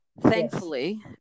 thankfully